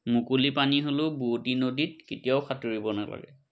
মুকলি পানী হ'লেও বোৱঁতী নদীত কেতিয়াও সাঁতুৰিব নালাগে